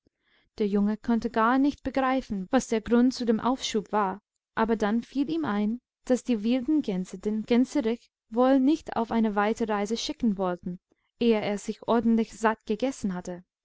diewildengänseaufihremmorgenausflugzubegleiten derjunge konnte gar nicht begreifen was der grund zu dem aufschub war aber dann fiel ihm ein daß die wilden gänse den gänserich wohl nicht auf eine weite reiseschickenwollten eheersichordentlichsattgegessenhatte wasnunder grundauchseinmochte